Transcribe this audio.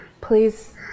Please